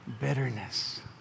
bitterness